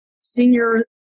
senior